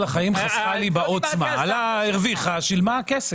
לשחוק, הכוונה שזה לא יהיה בכלל.